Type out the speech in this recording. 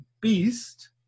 Beast